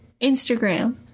Instagram